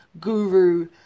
guru